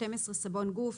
(12)סבון גוף,